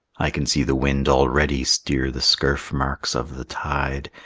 i can see the wind already steer the scurf marks of the tide,